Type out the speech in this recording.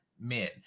men